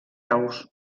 aus